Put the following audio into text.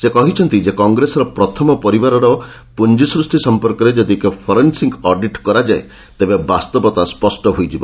ସେ କହିଛନ୍ତି ଯେ କଂଗ୍ରେସର ପ୍ରଥମ ପରିବାରର ପୁଞ୍ଜି ସୃଷ୍ଟି ସଂପର୍କରେ ଯଦି ଏକ ଫରେନ୍ସିକ୍ ଅଡିଟ୍ କରାଯାଏ ବାସ୍ତବତା ସ୍ୱଷ୍ଟ ହୋଇଯିବ